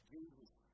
Jesus